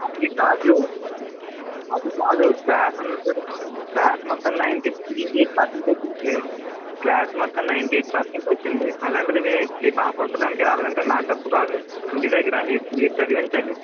అది కాదు అది కాదు క్లాస్ అందరి క్లాస్ మొత్తం నైన్టీ ఎయిట్ పర్సెంట్ వచ్చింది క్లాస్ మొత్తంనైన్టీ ఎయిట్ పర్సెంట్ వచ్చింది అలాంటిది మీ మీ పాప ఒక్కదానికే రాలేదంటే నా తప్పు కాదు ఇంటి దగ్గర మీర్ మీరు చదివించండి